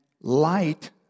light